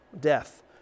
Death